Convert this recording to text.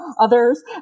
others